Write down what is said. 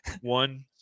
One